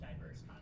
diverse